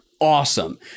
awesome